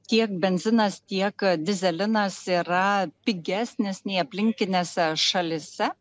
tiek benzinas tiek dyzelinas yra pigesnis nei aplinkinėse šalyse